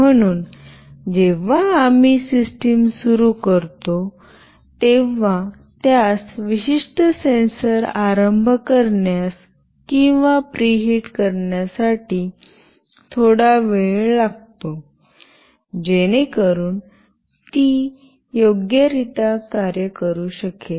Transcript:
म्हणून जेव्हा आम्ही सिस्टम सुरू करतो तेव्हा त्यास विशिष्ट सेन्सर आरंभ करण्यास किंवा प्रीहीट करण्यासाठी थोडा वेळ लागतो जेणेकरून ती योग्यरित्या कार्य करू शकेल